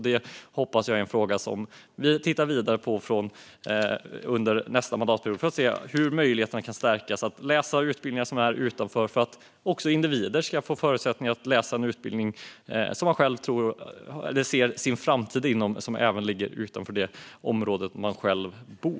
Det hoppas jag är en fråga som vi tittar vidare på under nästa mandatperiod för att se hur möjligheterna kan stärkas att läsa utbildningar utanför samverkansområdet, detta för att individer ska få förutsättningar att läsa en utbildning som man själv ser sin framtid inom även om den ligger utanför det område där man bor.